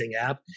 app